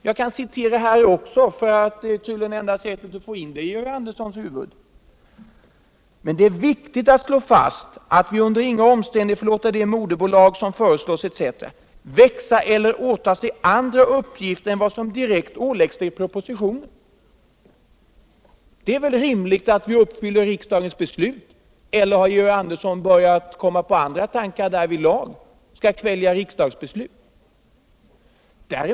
Jag kan citera här också, det är tydligen det enda sättet att få in det i Georg Anderssons huvud: ”Men det är, herr talman, i dag mycket viktigt att slå fast att vi under inga omständigheter får låta det moderbolag som nu föreslås ——— växa eller åta sig andra uppgifter än vad som direkt åläggs det i propositionen.” Det är väl rimligt att vi uppfyller riksdagens beslut. Eller har Georg Andersson börjat komma på andra tankar därvidlag? Skall vi kvälja riksdagsbeslut?